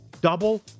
double